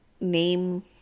name